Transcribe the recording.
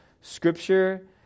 scripture